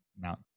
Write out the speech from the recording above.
Mount